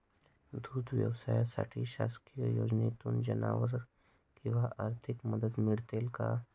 दूध व्यवसायासाठी शासकीय योजनेतून जनावरे किंवा आर्थिक मदत मिळते का?